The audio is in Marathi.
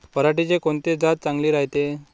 पऱ्हाटीची कोनची जात चांगली रायते?